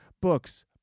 books